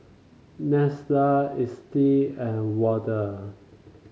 Neslla Estie and Wade